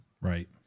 Right